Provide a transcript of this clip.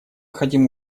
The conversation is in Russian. хотим